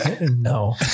no